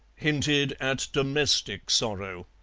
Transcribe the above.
hinted at domestic sorrow.